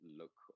look